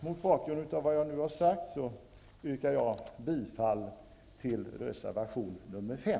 Mot bakgrund mot vad jag nu har sagt yrkar jag bifall till reservation 5.